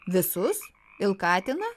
visus il katiną